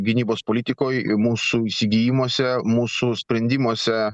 gynybos politikoj mūsų įsigijimuose mūsų sprendimuose